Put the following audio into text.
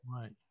Right